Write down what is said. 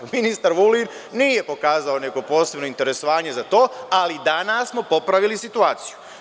Ministar Vulin nije pokazao neko posebno interesovanje za to, ali danas smo popravili situaciju.